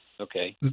Okay